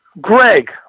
Greg